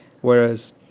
Whereas